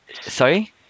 Sorry